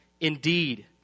Indeed